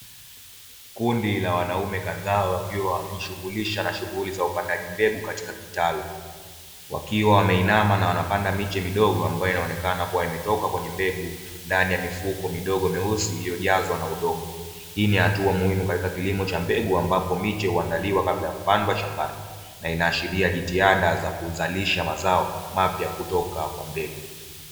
Kundi la wanaume kadha, wakiwa wamejishugulisha na shughuli za upandaji mbegu katika kitalu, wakiwa wameinama na wanapanda miche midogo ambayo inaoneka kuwa imetoka kwenye mbegu, ndani ya mifuko midogo myeusi, iliyojazwa na udongo, hii ni hatua muhimu katika kilimo cha mbegu ambapo miche huandaliwa kabla ya kupandwa shambani, na inaashiria jitihada za kuzalisha mazao mapya kutoka kwa mbegu.